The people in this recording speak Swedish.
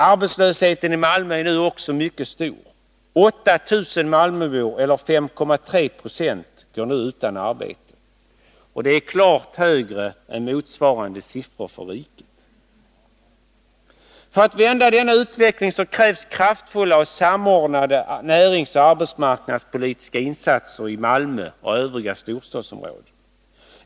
Arbetslösheten i Malmö är nu också mycket stor. 8000 malmöbor, eller 5,3 7, går nu utan arbete. Det är klart högre än motsvarande siffror för riket. För att vända denna utveckling krävs det kraftfulla och samordnade näringsoch arbetsmarknadspolitiska insatser i Malmö och övriga storstadsområden.